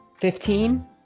Fifteen